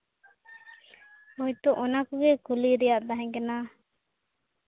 ᱦᱚᱭᱛᱳ ᱚᱱᱟ ᱠᱚᱜᱮ ᱠᱩᱞᱤ ᱨᱮᱭᱟᱜ ᱛᱟᱦᱮᱸ ᱠᱟᱱᱟ